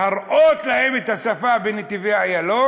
להראות להם את השפה בנתיבי-איילון,